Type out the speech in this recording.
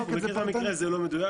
אני מכיר את המקרה, זה לא מדויק.